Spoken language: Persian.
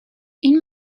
این